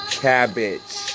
cabbage